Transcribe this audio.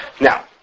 Now